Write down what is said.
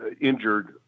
injured